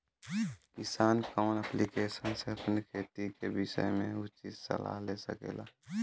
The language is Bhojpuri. किसान कवन ऐप्लिकेशन से अपने खेती के विषय मे उचित सलाह ले सकेला?